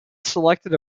selected